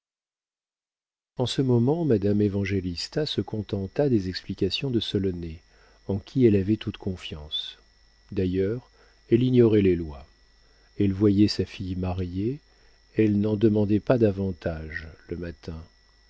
en ce moment madame évangélista se contenta des explications de solonet en qui elle avait toute confiance d'ailleurs elle ignorait les lois elle voyait sa fille mariée elle n'en demandait pas davantage le matin